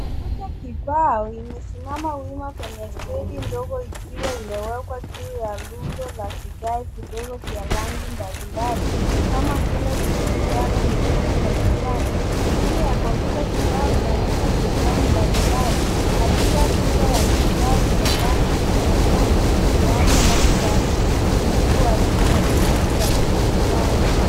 Kompyuta kibao imesimama wima kwenye stendi ndogo ikiwa imewekwa juu ya rundo la vigae vidogo vya rangi mbalimbali kama vile buluu, njano, nyekundu na kijani. Skrini ya kompyuta kibao inaonyesha programu mbalimbali na pia picha za vigae vya rangi ukionyesha mwingiliano kati ya ulimwengu halisi na ulimwengu wa dijitali.